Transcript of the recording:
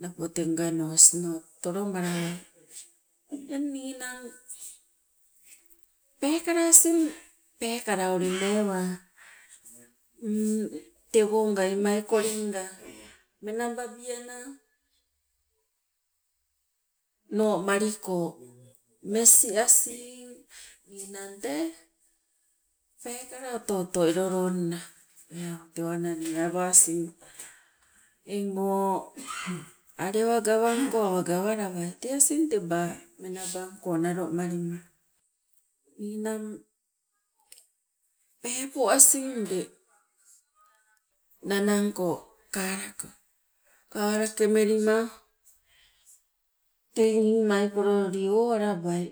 Napo te ngano osino tolomalawai. Teng ninang peekala asing, peekala mewa tewonga imaikolinga menababiana noo maliko mes asing, ninang tee peekala oto oto elo loonna eu tewananing, awa asing eng o alewa gawangko awa gawalawai tee asing teba menabangko nalo malima. Ninang peepo asing ule nanangko karako, karake melima tei nimaikolili owalabai.